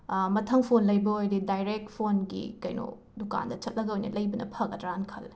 ꯃꯊꯪ ꯐꯣꯟ ꯂꯩꯕ ꯑꯣꯏꯔꯗꯤ ꯗꯥꯏꯔꯦꯛ ꯐꯣꯟꯒꯤ ꯀꯩꯅꯣ ꯗꯨꯀꯥꯟꯗ ꯆꯠꯂꯒ ꯑꯣꯏꯅ ꯂꯩꯕꯅ ꯐꯒꯗ꯭ꯔꯥꯅ ꯈꯜꯂꯦ